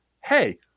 hey